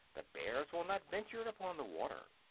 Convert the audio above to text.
the bears will not venture upon the water.